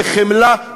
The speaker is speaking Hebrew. בחמלה,